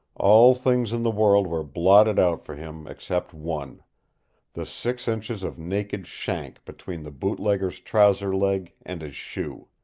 all things in the world were blotted out for him except one the six inches of naked shank between the bootlegger's trouser-leg and his shoe.